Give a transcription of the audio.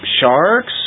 sharks